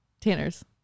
Tanner's